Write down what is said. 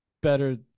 better